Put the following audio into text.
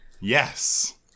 Yes